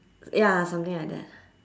ya something like that